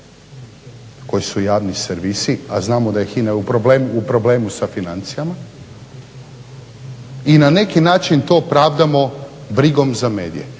koji su javni servisi a znamo da je HINA u problemu sa financijama. I na neki način to pravdamo brigom za medije.